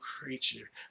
creature